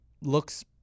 Looks